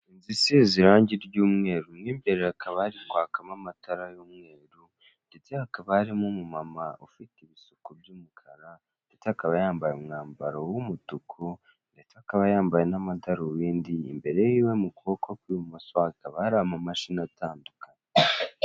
Inzu isize irange ry'umweru mo imbere hakaba hari kwakamo amatara y'umweru ndetse hakaba harimo umumama ufite ibisuko by'umukara, ndetse akaba yambaye umwambaro w'umutuku ndetse akaba yambaye n'amadarubindi imbere yiwe mu kuboko kw'ibumoso hakaba hari amamashini atandukanye.